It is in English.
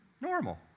normal